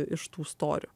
iš tų storių